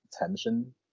attention